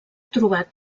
trobat